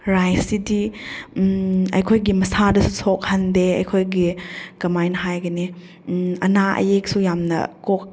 ꯔꯥꯏꯁꯁꯤꯗꯤ ꯑꯩꯈꯣꯏꯒꯤ ꯃꯁꯥꯗꯁꯨ ꯁꯣꯛꯍꯟꯗꯦ ꯑꯩꯈꯣꯏꯒꯤ ꯀꯃꯥꯏꯅ ꯍꯥꯏꯒꯅꯤ ꯑꯅꯥ ꯑꯌꯦꯛꯁꯨ ꯌꯥꯝꯅ ꯀꯣꯛ